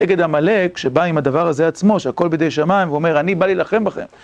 נגד עמלק שבא עם הדבר הזה עצמו שהכל בידי שמיים ואומר אני בא להילחם בכם